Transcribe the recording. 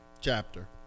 chapter